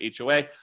HOA